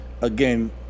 again